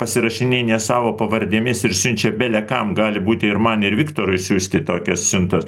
pasirašinėja ne savo pavardėmis ir siunčia belekam gali būti ir man ir viktorui siųsti tokias siuntas